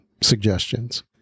suggestions